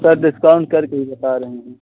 sir discount करके ही बता रहे हैं